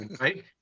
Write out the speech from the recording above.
right